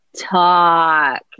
talk